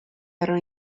però